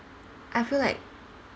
I feel like